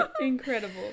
Incredible